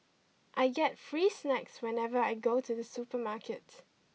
I get free snacks whenever I go to the supermarket